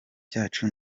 cyacu